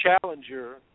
challenger –